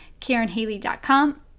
karenhaley.com